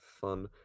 fun